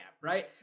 right